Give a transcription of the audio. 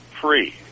Free